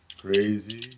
Crazy